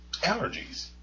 allergies